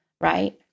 right